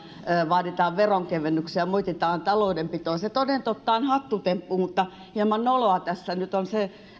vaaditaan veronkevennyksiä moititaan taloudenpitoa se toden totta on hattutemppu mutta hieman noloa tässä nyt on se